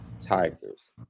Tigers